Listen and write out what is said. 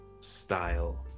style